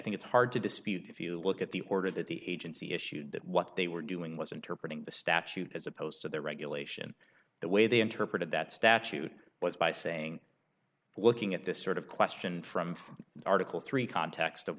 think it's hard to dispute if you look at the order that the agency issued that what they were doing was interpreting the statute as opposed to the regulation the way they interpreted that statute was by saying we're looking at this sort of question from from article three context of